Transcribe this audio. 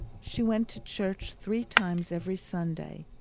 she went to church three times every sunday,